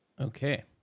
Okay